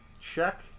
check